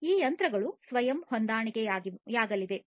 ಈ ಯಂತ್ರಗಳು ಸ್ವಯಂ ಹೊಂದಾಣಿಕೆಯಾಗಲಿವೆ